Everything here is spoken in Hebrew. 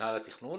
ממנהל התכנון?